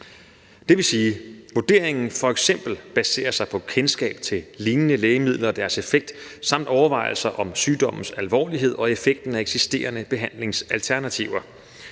Det vil sige, at vurderingen f.eks. baserer sig på kendskab til lignende lægemidler og deres effekt samt overvejelser om sygdommens alvorlighed og effekten af eksisterende behandlingsalternativer.